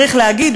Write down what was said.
צריך להגיד,